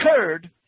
occurred